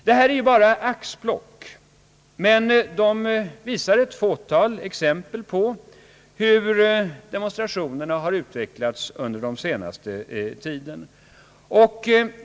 Detta är bara axplock, men de är ett fåtal exempel på hur demonstrationerna har utvecklats under den senaste tiden.